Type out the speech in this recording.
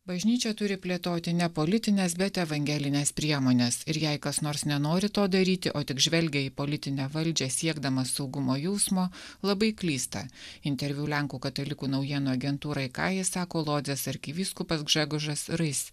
bažnyčia turi plėtoti nepolitines bet evangelines priemones ir jei kas nors nenori to daryti o tik žvelgia į politinę valdžią siekdamas saugumo jausmo labai klysta interviu lenkų katalikų naujienų agentūrai ką jis sako lodzės arkivyskupas gžegožas